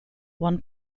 one